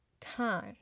time